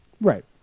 Right